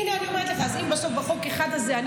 הינה, אני אומרת לך, אז אם בסוף בחוק האחד הזה אני